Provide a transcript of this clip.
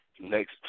next